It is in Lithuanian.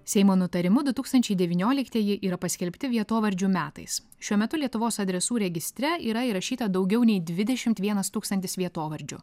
seimo nutarimu du tūkstančiai devynioliktieji yra paskelbti vietovardžių metais šiuo metu lietuvos adresų registre yra įrašyta daugiau nei dvidešimt vienas tūkstantis vietovardžių